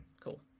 cool